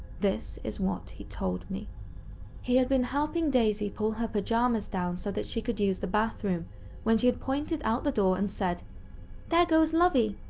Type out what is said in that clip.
this is what he told me he had been helping daisy pull her pajamas down so she could use the bathroom when she had pointed out the door and said there goes lovie!